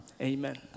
Amen